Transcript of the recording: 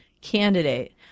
candidate